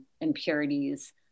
impurities